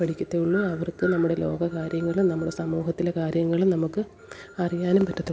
പഠിക്കത്തുള്ളൂ അവർക്ക് നമ്മുടെ ലോക കാര്യങ്ങളും നമ്മുടെ സമൂഹത്തിലെ കാര്യങ്ങളും നമുക്ക് അറിയാനും പറ്റത്തുള്ളൂ